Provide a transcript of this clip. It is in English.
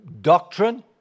doctrine